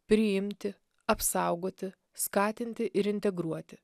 priimti apsaugoti skatinti ir integruoti